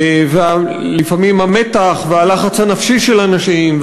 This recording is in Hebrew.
לפעמים המתח והלחץ הנפשי של האנשים,